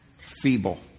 feeble